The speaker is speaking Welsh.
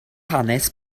hanes